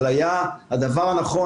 אבל היה הדבר הנכון,